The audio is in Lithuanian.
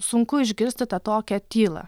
sunku išgirsti tą tokią tylą